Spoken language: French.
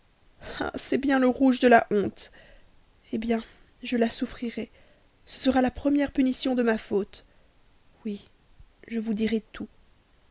c'est bien le rouge de la honte hé bien je la souffrirai ce sera la première punition de ma faute oui je vous dirai tout